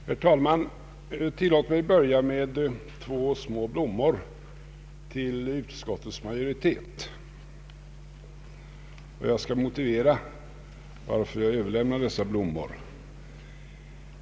Herr talman! Tillåt mig börja med två små blommor till utskottets majoritet. Jag skall motivera varför jag överlämnar dessa blommor.